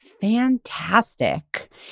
fantastic